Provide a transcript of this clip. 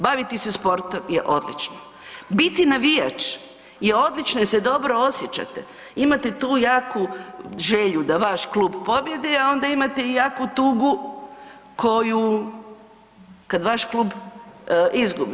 Baviti se sportom je odlično, biti navijač je odlično jer se dobro osjećate, imate tu jaku želju da vaš klub pobijedi, a onda imate i jaku tugu koju kad vaš klub izgubi.